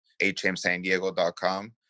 HMSanDiego.com